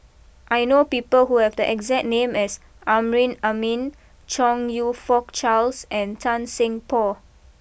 I know people who have the exact name as Amrin Amin Chong you Fook Charles and Tan Seng Poh